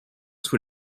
sous